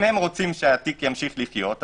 אם הם רוצים שהתיק ימשיך לחיות,